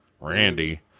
Randy